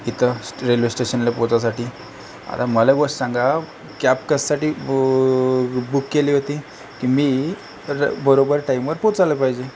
इथं स्टे रेल्वे स्टेशनला पोचायसाठी आता मला गोष्ट सांगा कॅब कशासाठी बु बुक केली होती की मी रे बरोबर टाईमवर पोचायला पाहिजे